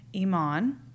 Iman